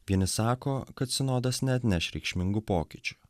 vieni sako kad sinodas neatneš reikšmingų pokyčių